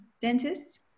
dentists